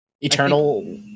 Eternal